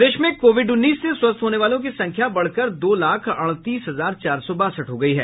प्रदेश में कोविड उन्नीस से स्वस्थ होने वालों की संख्या बढ़कर दो लाख अड़तीस हजार चार सौ बासठ हो गयी है